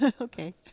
Okay